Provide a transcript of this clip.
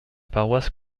paroisse